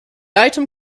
item